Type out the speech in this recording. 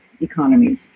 economies